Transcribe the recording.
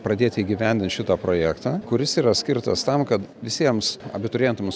pradėti įgyvendint šitą projektą kuris yra skirtas tam kad visiems abiturientams